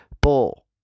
Bull